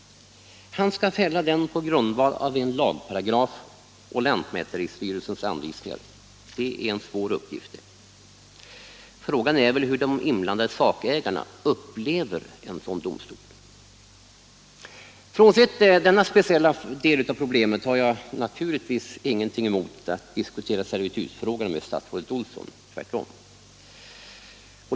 Han skall fälla den på grundval av en lagparagraf och lantmäteristyrelsens anvisningar. Det är en svår uppgift. Frågan är väl hur de inblandade sakägarna upplever en sådan domstol. Frånsett denna speciella del av problemet har jag naturligtvis ingenting emot att diskutera servitutsfrågorna med statsrådet Olsson, tvärtom.